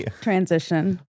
Transition